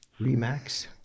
Remax